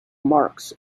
marks